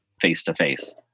face-to-face